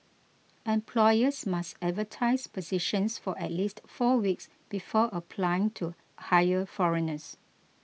employers must advertise positions for at least four weeks before applying to hire foreigners